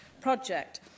project